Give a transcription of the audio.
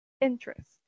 interest